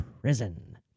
prison